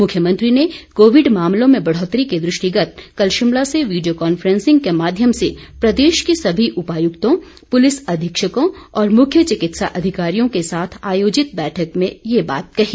मुख्यमंत्री ने कोविड मामलों में बढ़ौतरी के दृष्टिगत कल शिमला से वीडियो कॉन्फ्रेंसिंग के माध्यम से प्रदेश के सभी उपायुक्तों पुलिस अधीक्षकों और मुख्य चिकित्सा अधिकारियों के साथ आयोजित बैठक में ये बात कही